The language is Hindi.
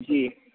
जी